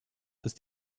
ist